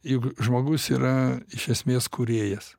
juk žmogus yra iš esmės kūrėjas